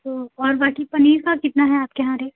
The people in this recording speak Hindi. तो और बाकी पनीर का कितना है आपके यहाँ रेट